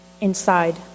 inside